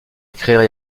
écrire